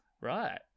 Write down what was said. Right